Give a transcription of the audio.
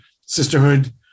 sisterhood